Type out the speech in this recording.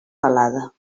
pelada